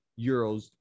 euros